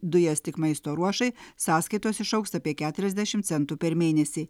dujas tik maisto ruošai sąskaitos išaugs apie keturiasdešim centų per mėnesį